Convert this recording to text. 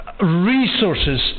resources